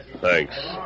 Thanks